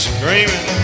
Screaming